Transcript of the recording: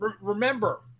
remember